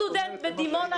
אותו סטודנט בדימונה,